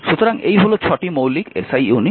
সুতরাং এই হল 6টি মৌলিক SI ইউনিট